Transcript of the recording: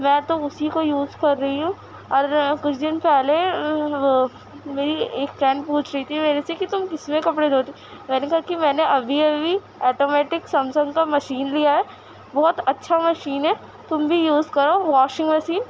میں تو اسی کو یوز کر رہی ہوں اور کچھ دن پہلے میری ایک فرینڈ پوچھ رہی تھی میرے سے کہ تم کس میں کپڑے دھوتی ہو میں نے کہا کہ میں نے ابھی ابھی آٹومیٹک سمسنگ کا مشین لیا ہے بہت اچھا مشین ہے تم بھی یوز کرو واشنگ مسین